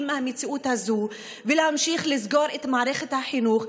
מהמציאות הזאת ולהמשיך לסגור את מערכת החינוך,